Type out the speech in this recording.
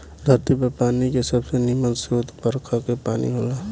धरती पर पानी के सबसे निमन स्रोत बरखा के पानी होला